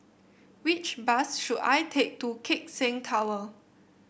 which bus should I take to Keck Seng Tower